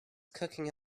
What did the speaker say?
cooking